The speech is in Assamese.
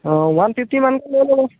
অঁ ওৱান ফিফটি মানকে লৈ ল'ব